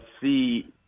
see